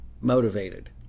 motivated